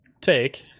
Take